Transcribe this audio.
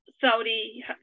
Saudi